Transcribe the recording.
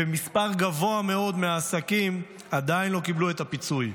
ומספר גבוה מאוד מהעסקים עדיין לא קיבלו את הפיצוי.